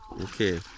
Okay